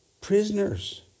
prisoners